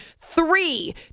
three